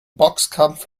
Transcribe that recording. boxkampf